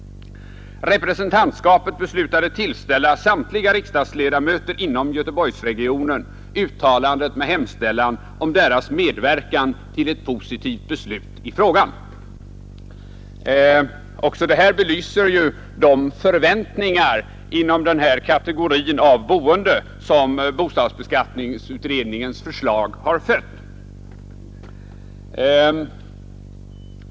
Representantskapet beslutade tillställa samtliga riksdagsledamöter inom göteborgsregionen uttalandet med hemställan om deras medverkan till ett positivt beslut i frågan.” Också detta belyser ju de förväntningar inom den här kategorin av boende som bostadsbeskattningsutredningens förslag har fött.